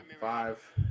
Five